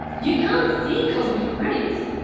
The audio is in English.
you can't see cosmic rays.